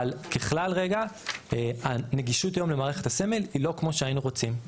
אבל ככלל רגע הנגישות למערכת הסמל היא לא כמו שהיינו רוצים,